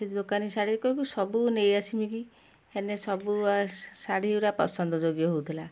ସେ ଦୋକାନୀ ଶାଢ଼ୀ କୁ କହିବୁ ସବୁ ନେଇ ଆସିମି କି ହେନେ ସବୁ ଶାଢ଼ୀ ଗୁଡ଼ା ପସନ୍ଦ ଯୋଗ୍ୟ ହଉଥିଲା